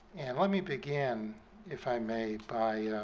and let me begin if i may by